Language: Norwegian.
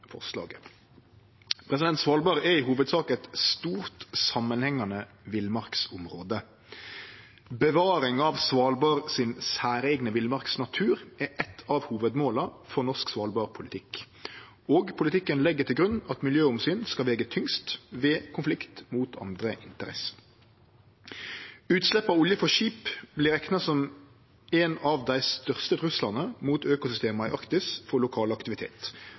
forslaget. Svalbard er i hovudsak eit stort, samanhengande villmarksområde. Bevaring av Svalbards særeigne villmarksnatur er eitt av hovudmåla for norsk svalbardpolitikk, og politikken legg til grunn at miljøomsyn skal vege tyngst ved konflikt mot andre interesser. Utslepp av olje frå skip vert rekna som ein av dei største truslane mot økosystema i Arktis for lokal aktivitet,